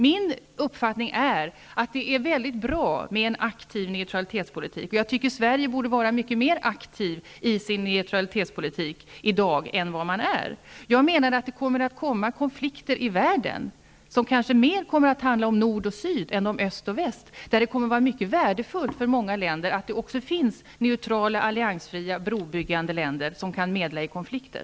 Min uppfattning är att det är bra med en aktiv neutralitetspolitik, och jag tycker att Sverige i dag borde vara mycket mer aktivt i sin neutralitetspolitik än vad man är. Jag menar att det kommer att uppstå konflikter i världen, som kanske mer kommer att handla om nord och syd än om öst och väst, där det kommer att vara mycket värdefullt för många länder att det också finns neutrala, alliansfria brobyggande länder, som kan medla i konflikter.